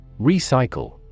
Recycle